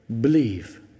believe